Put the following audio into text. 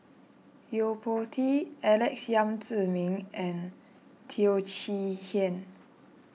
Yo Po Tee Alex Yam Ziming and Teo Chee Hean